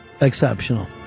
exceptional